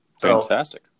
Fantastic